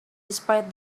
despite